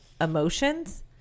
emotions